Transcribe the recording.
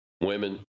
women